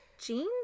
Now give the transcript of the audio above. Jeans